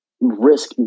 risk